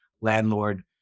landlord